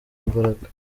imbaraga